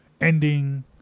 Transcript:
ending